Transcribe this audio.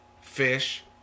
fish